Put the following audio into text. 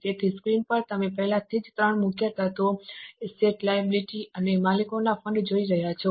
તેથી સ્ક્રીન પર તમે પહેલાથી જ ત્રણ મુખ્ય તત્વો એસેટ લાયબિલિટી અને માલિકોના ફંડ જોઈ રહ્યા છો